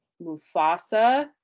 Mufasa